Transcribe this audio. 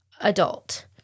adult